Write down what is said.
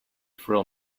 frail